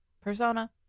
Persona